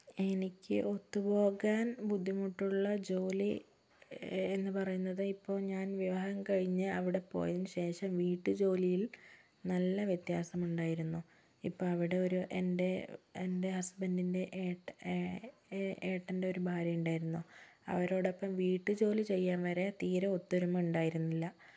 എനിക്ക് ഒത്തുപോകാൻ ബുദ്ധിമുട്ടുള്ള ജോലി എന്നുപറയുന്നത് ഇപ്പോൾ ഞാൻ വിവാഹം കഴിഞ്ഞ അവിടെ പോയതിന് ശേഷം വീട്ടു ജോലിയിൽ നല്ല വ്യത്യാസം ഉണ്ടായിരുന്നു ഇപ്പോൾ അവിടെ ഒരു എൻ്റെ എൻ്റെ ഹസ്ബൻറിൻ്റെ ഏട്ട ഏ ഏ ഏട്ടൻ്റെ ഒരു ഭാര്യ ഉണ്ടായിരുന്നു അവരോടൊപ്പം വീട്ടു ജോലി ചെയ്യാൻ വരെ തീരെ ഒത്തൊരുമ ഉണ്ടായിരുന്നില്ല